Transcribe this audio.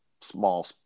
small